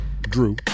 Drew